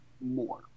more